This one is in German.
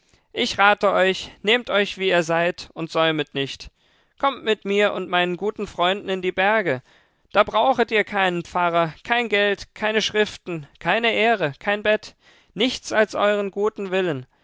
ich rate euch nehmt euch wie ihr seid und säumet nicht kommt mit mir und meinen guten freunden in die berge da brauchet ihr keinen pfarrer kein geld keine schriften keine ehre kein bett nichts als eueren guten willen